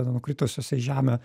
nukritusiuose į žemę